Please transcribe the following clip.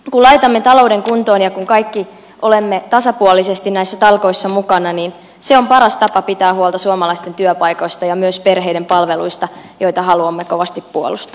kun laitamme talouden kuntoon ja kun kaikki olemme tasapuolisesti näissä talkoissa mukana se on paras tapa pitää huolta suomalaisten työpaikoista ja myös perheiden palveluista joita haluamme kovasti puolustaa